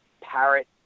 parrot